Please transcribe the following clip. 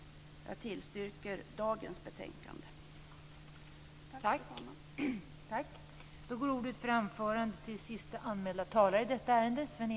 Jag tillstyrker dagens betänkande.